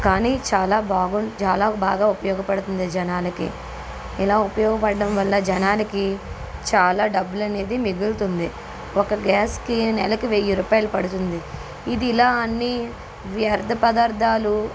కానీ చాలా బాగా చాలా బాగా ఉపయోగపడుతుంది జనాలకి ఇలా ఉపయోగపడ్డం వల్ల జనానికి చాలా డబ్బులనేది మిగులుతుంది ఒక గ్యాస్కి నెలకి వెయ్యి రూపాయలు పడుతుంది ఇది ఇలా అన్ని వ్యర్ధ పదార్థాలు